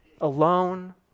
alone